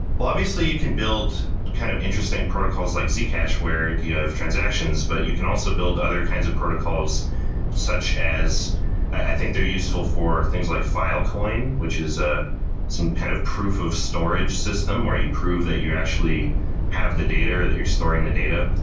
well obviously, you can build kind of interesting protocols like zcash, where you have transactions, but you can also build other kinds of protocols such as i think they're useful for things like filecoin, which is ah some some kind of proof of storage system, where you prove that you actually have the data, or that you're storing the data.